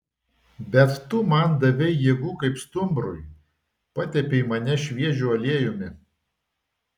bet man tu davei jėgų kaip stumbrui patepei mane šviežiu aliejumi